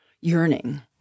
yearning